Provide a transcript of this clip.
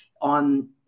on